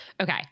Okay